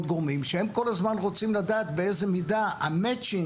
גורמים שהם מן הסתם כל הזמן רוצים לדעת באיזה מידה המאצ'ינג